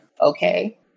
okay